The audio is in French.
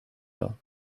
pas